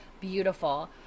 Beautiful